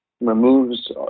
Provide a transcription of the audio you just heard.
removes